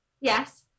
Yes